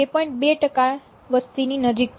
2 ટકા વસ્તી ની નજીક છે